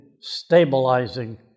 stabilizing